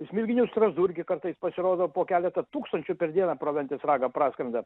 smilginių strazdų irgi kartais pasirodo po keletą tūkstančių per dieną pro ventės ragą praskrenda